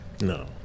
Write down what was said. No